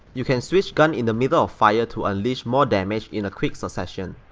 you can switch gun in the middle of fire to unleash more damage in quick succession.